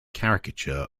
caricature